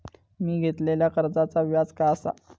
मी घेतलाल्या कर्जाचा व्याज काय आसा?